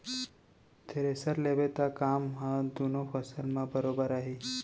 thresher लेबे त काम ह दुनों फसल म बरोबर आही